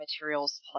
materials